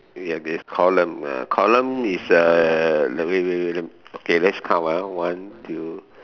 ya is ya column column is uh wait wait wait okay let's count ah one two